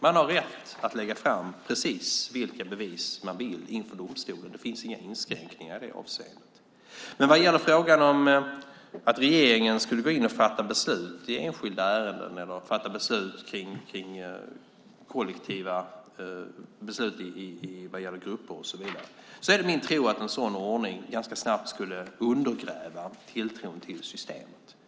Man har rätt att lägga fram precis vilka bevis man vill inför domstolen. Det finns inga inskränkningar i det avseendet. Vad gäller frågan att regeringen skulle gå in och fatta beslut i enskilda ärenden eller om grupper är det min tro att en sådan ordning ganska snabbt skulle undergräva tilltron till systemet.